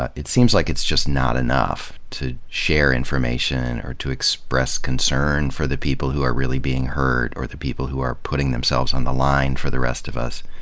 ah it seems like it's just not enough to share information, or to express concern for the people who are really being hurt or the people who are putting themselves on the line for the rest of us.